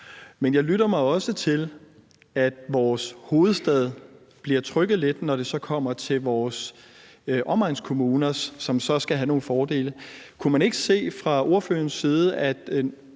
Men jeg lytter mig også til, at vores hovedstad bliver trykket lidt, fordi vores omegnskommuner så skal have nogle fordele. Kunne man ikke fra ordførerens side